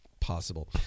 possible